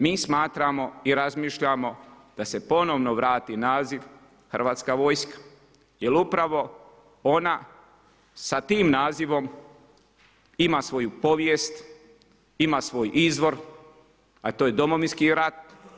Mi smatramo i razmišljamo da se ponovno vrati naziv Hrvatska vojska, jer upravo ona sa tim nazivom ima svoju povijest, ima svoj izvor, a to je Domovinski rat.